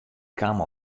kaam